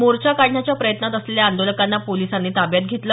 मोर्चा काढण्याच्या प्रयत्नात असलेल्या आंदोलकांना पोलिसांनी ताब्यात घेतलं